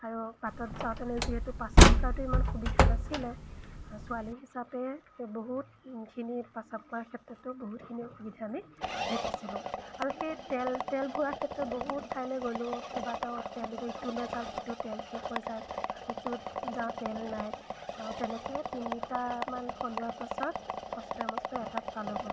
আৰু বাটত যাওঁতে আমি যিহেতু প্ৰস্ৰাৱগাৰটো ইমান সুবিধা নাছিলে ছোৱালী হিচাপে বহুতখিনি প্ৰস্ৰাৱ কৰাৰ ক্ষেত্ৰতো বহুতখিনি অসুবিধা আমি দেখিছিলোঁ আৰু সেই তেল তেল ভৰোৱাৰা ক্ষেত্ৰত বহুত ঠাইলৈ গ'লোঁ কেইবাটাও তেল ডিপু ইটোলৈ যাওঁ সিটোত তেল শেষ হৈ যায় ইটোত যাওঁ তেল নাই তেনেকৈ তিনিটামান সলোৱাৰ পাছত কষ্টৰে মষ্টৰে এটাত পালোঁগৈ